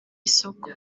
isoko